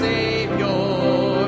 Savior